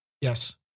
Yes